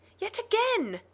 yet again!